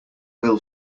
will